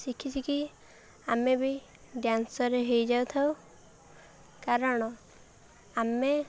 ଶିଖି ଶିଖି ଆମେ ବି ଡ୍ୟାନ୍ସର୍ ହେଇଯାଉଥାଉ କାରଣ ଆମେ